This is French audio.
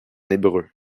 hébreu